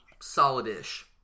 solid-ish